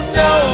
no